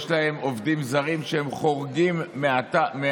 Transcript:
יש להם עובדים זרים שהם חורגים מהתקופה.